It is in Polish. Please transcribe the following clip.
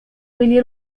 byli